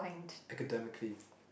academically